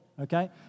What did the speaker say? Okay